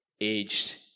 aged